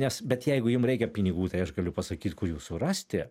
nes bet jeigu jum reikia pinigų tai aš galiu pasakyt kur jų surasti